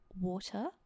water